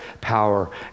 power